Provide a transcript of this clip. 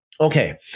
Okay